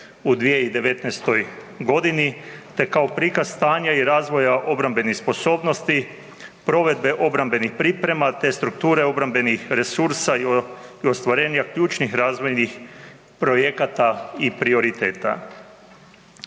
u 2019.g., te kao prikaz stanja i razvoja obrambenih sposobnosti, provedbe obrambenih priprema, te strukture obrambenih resursa i ostvarenja ključnih razvojnih projekata i prioriteta.